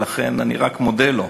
ולכן אני רק מודה לו,